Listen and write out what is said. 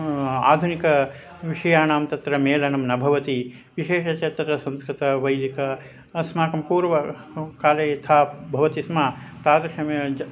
आधुनिकविषयाणां तत्र मेलनं न भवति विशेषश्च तत्र संस्कृतवैदिक अस्माकं पूर्वकाले यथा भवति स्म तादृशमेवञ्च